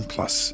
Plus